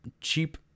cheap